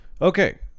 Okay